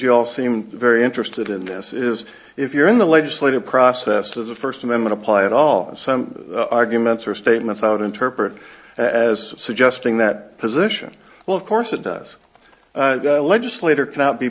you all seem very interested in this is if you're in the legislative process of the first amendment apply it all arguments are statements out interpreted as suggesting that position well of course it does legislator cannot be